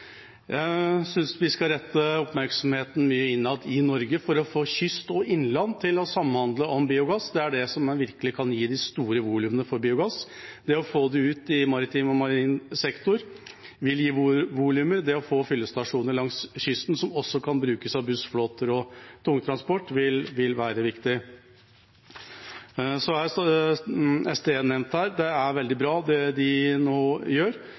Jeg synes vi skal rette oppmerksomheten mye innad i Norge for å få kyst og innland til å samhandle om biogass. Det er det som virkelig kan gi de store volumene for biogass. Det å få det ut i maritim og marin sektor vil gi volumer, og det å få fyllestasjoner langs kysten, som også kan brukes av bussflåter og tungtransport, vil være viktig. Så er St1 nevnt her, og det er veldig bra det de nå gjør.